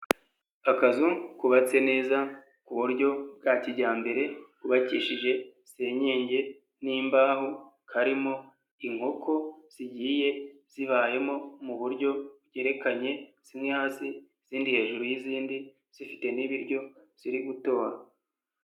Akazu kubabatse neza ku buryo bwa kijyambere, kubakishije senyenge n'imbaho, karimo inkoko zigiye zibayemo mu buryo berekanye, zimwe hasi izindi hejuru y'izindi zifite n'ibiryo ziri gutora.